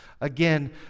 Again